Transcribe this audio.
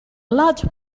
large